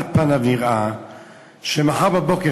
על פניו נראה שמחר בבוקר,